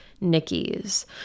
Nikki's